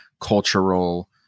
cultural